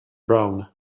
braun